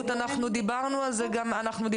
רות, אנחנו דיברנו על זה כאן.